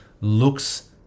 looks